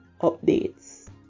updates